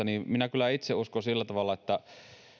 niin minä kyllä itse uskon sillä tavalla että